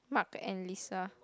Mark and Lisa